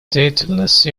деятельность